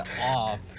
off